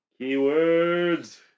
Keywords